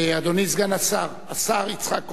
אדוני סגן השר, השר יצחק כהן,